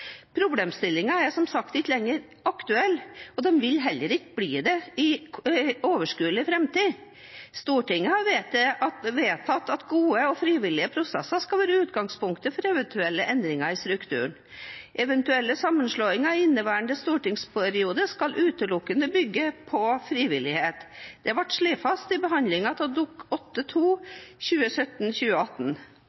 er som sagt ikke lenger aktuell, og den vil heller ikke bli det i overskuelig framtid. Stortinget har vedtatt at gode og frivillige prosesser skal være utgangspunktet for eventuelle endringer i strukturen. Eventuelle sammenslåinger i inneværende stortingsperiode skal utelukkende bygge på frivillighet, det ble slått fast i behandlingen av